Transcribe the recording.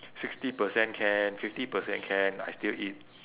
sixty percent can fifty percent can I still eat